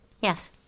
Yes